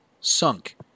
sunk